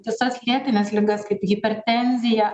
visas lėtines ligas kaip hipertenzija